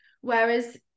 Whereas